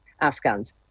Afghans